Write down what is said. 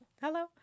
Hello